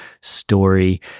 story